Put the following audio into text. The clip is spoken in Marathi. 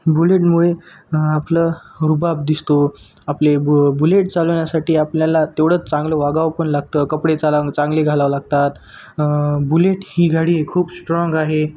बुलेटमुळे आपलं रुबाब दिसतो आपले बु बुलेट चालवण्यासाठी आपल्याला तेवढंच चांगलं वागावे पण लागते कपडे चालव चांगले घालावे लागतात बुलेट ही गाडी खूप स्ट्राँग आहे